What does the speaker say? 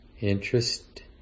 Interest